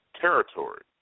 territory